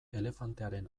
elefantearen